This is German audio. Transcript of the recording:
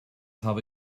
habe